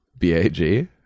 bag